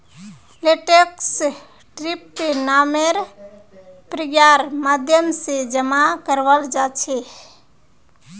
लेटेक्सक टैपिंग नामेर प्रक्रियार माध्यम से जमा कराल जा छे